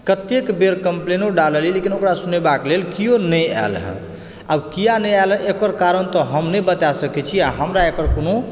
कतेक बेर कंप्लेनो डाललियै लेकिन ओकरा सुनेबाक लेल केओ नहि आयल हॅं आब किया नहि आयल हॅं ओकर कारण त हम नहि बता सकै छी आ हमरा एकर कोनो